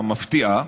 המפתיעה,